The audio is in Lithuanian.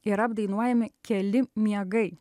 yra apdainuojami keli miegai